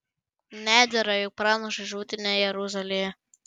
nedera juk pranašui žūti ne jeruzalėje